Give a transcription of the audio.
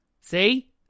See